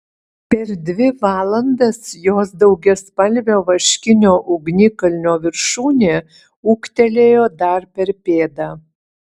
per dvi valandas jos daugiaspalvio vaškinio ugnikalnio viršūnė ūgtelėjo dar per pėdą